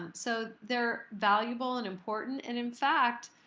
and so they're valuable and important. and in fact,